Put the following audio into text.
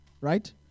right